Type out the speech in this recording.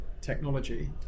Technology